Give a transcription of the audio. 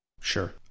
sure